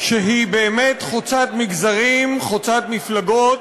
שהיא באמת חוצת מגזרים, חוצת מפלגות,